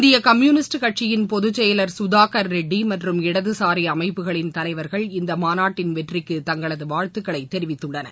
இந்திய கம்யூனிஸ்ட் கட்சியின் பொதுச் செயலர் சுதாகர் ரெட்டி மற்றும் இடதுசாரி அமைப்புகளின் தலைவர்கள் இந்த மாநாட்டின் வெற்றிக்கு தங்களது வாழ்த்துக்களை தெரிவித்துள்ளனர்